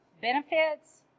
benefits